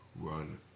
run